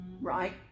Right